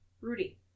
Rudy